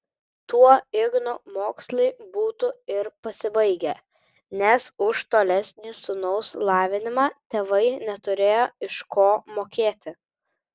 tuo igno mokslai būtų ir pasibaigę nes už tolesnį sūnaus lavinimą tėvai neturėjo iš ko mokėti